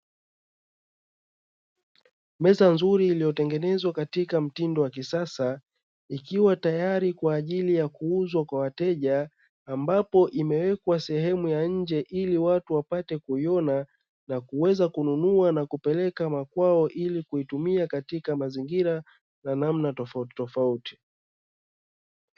Meza nzuri iliyotengenezwa katika mtindo wa kisasa, ikiwa tayari kwaajili ya kuuzwa kwa wateja, ambapo imewekwa sehemu ya nje ili watu wapate kuiona na kuweza kupeleka makwao ili kuitumia katika mazingira na namna tofauti tofauti.